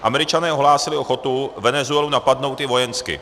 Američané ohlásili ochotu Venezuelu napadnout i vojensky.